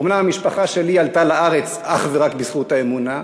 אומנם המשפחה שלי עלתה לארץ אך ורק בזכות האמונה,